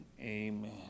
amen